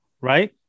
right